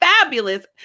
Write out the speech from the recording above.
fabulous